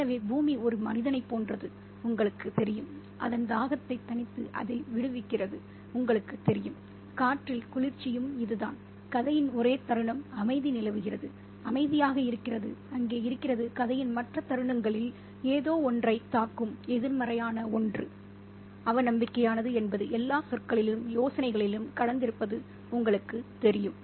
எனவே பூமி ஒரு மனிதனைப் போன்றது உங்களுக்குத் தெரியும் அதன் தாகத்தைத் தணித்து அதை விடுவிக்கிறது உங்களுக்குத் தெரியும் காற்றில் குளிர்ச்சியும் இதுதான் கதையின் ஒரே தருணம் அமைதி நிலவுகிறது அமைதியாக இருக்கிறது அங்கே இருக்கிறது கதையின் மற்ற தருணங்களில் ஏதோவொன்றைத் தாக்கும் எதிர்மறையான ஒன்று அவநம்பிக்கையானது என்பது எல்லா சொற்களிலும் யோசனைகளிலும் கலந்திருப்பது உங்களுக்குத் தெரியும்